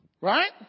Right